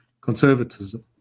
conservatism